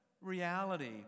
reality